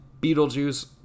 Beetlejuice